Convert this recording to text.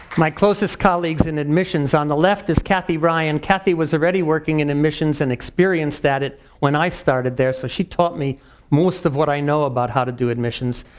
my closest colleagues in admissions. on the left is kathy ryan. kathy was already working in admissions and experienced at it when i started there. so she taught me most of what i know about how to do admissions.